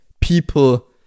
people